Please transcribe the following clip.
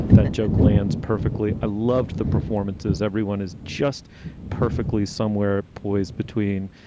that joke lands perfectly. i loved the performances. everyone is just perfectly somewhere poised between,